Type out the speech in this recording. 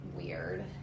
weird